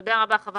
תודה רבה, חבר